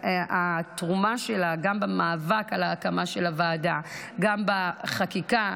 התרומה שלה גם במאבק על ההקמה של הוועדה וגם בחקיקה